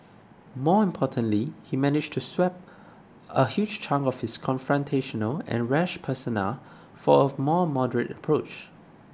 more importantly he managed to swap a huge chunk of his confrontational and rash persona for a more moderate approach